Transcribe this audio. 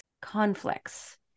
conflicts